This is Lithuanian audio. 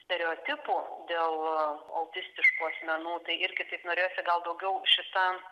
stereotipų dėl autistiškų asmenų tai irgi taip norėjosi gal daugiau šita